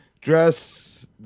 Dress